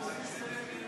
סעיף 22,